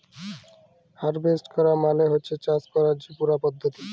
harvest ক্যরা মালে হছে চাষ ক্যরার যে পুরা পদ্ধতি